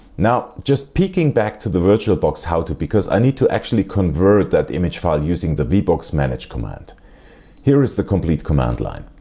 now just peeking back to the virtualbox howto because i need to actually convert that img file using the vboxmanage command here is the complete command line.